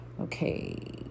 Okay